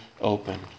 open